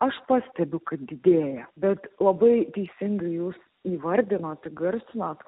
aš pastebiu kad didėja bet labai teisingai jūs įvardinot įgarsinot